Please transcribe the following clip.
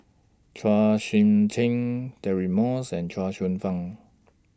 Chua Sian Chin Deirdre Moss and Chuang Hsueh Fang